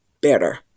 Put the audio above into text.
better